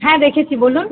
হ্যাঁ দেখেছি বলুন